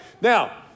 Now